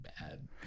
bad